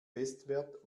bestwert